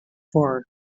four